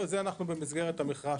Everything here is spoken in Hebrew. זה אנחנו במסגרת המכרז,